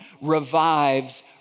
revives